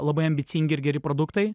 labai ambicingi ir geri produktai